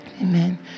Amen